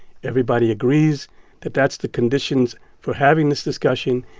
everybody agrees that that's the conditions for having this discussion.